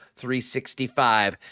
365